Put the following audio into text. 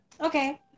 Okay